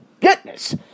goodness